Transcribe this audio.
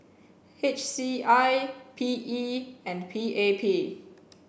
H C I P E and P A P